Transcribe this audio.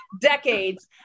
Decades